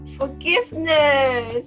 forgiveness